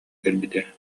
кэлбитэ